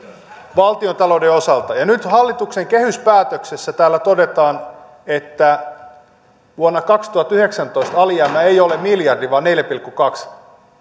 valtiontalouden osalta ja nyt hallituksen kehyspäätöksessä todetaan että vuonna kaksituhattayhdeksäntoista alijäämä ei ole miljardi vaan neljä pilkku kaksi